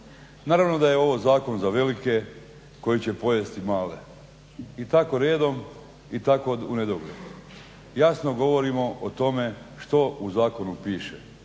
Naravno da je ovo zakon za velike koji će pojesti male i tako redom i tako unedogled. Jasno govorimo o tome što u zakonu piše